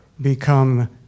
become